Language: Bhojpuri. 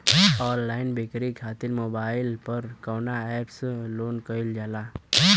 ऑनलाइन बिक्री खातिर मोबाइल पर कवना एप्स लोन कईल जाला?